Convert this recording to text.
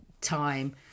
time